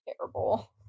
terrible